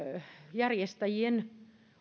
järjestäjien